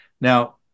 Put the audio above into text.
now